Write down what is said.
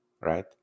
right